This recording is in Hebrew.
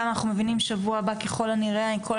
גם אנחנו מבינים שבוע הבא ככל הנראה כל